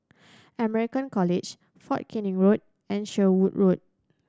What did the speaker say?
American College Fort Canning Road and Sherwood Road